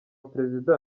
président